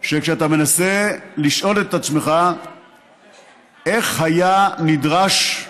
שאתה מנסה לשאול את עצמך איך היה נדרש,